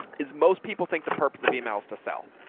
is most people think the purpose of emails to sell.